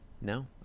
No